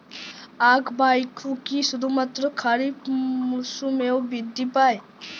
আখ বা ইক্ষু কি শুধুমাত্র খারিফ মরসুমেই বৃদ্ধি পায়?